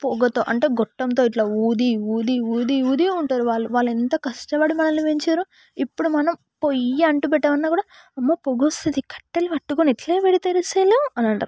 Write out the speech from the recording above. పొగతో అంటే గొట్టంతో ఇట్లా ఊది ఊది ఊది ఊది ఉంటారు వాళ్ళు వాళ్ళు ఎంత కష్టపడి మనల్ని పెంచారు ఇపుడు మనం పొయ్యి అంటుపెట్టాలన్నా కూడా అమ్మో పొగ వస్తుంది కట్టెలు పట్టుకుని ఎట్ల పెడతారు అసలు అని అంటారు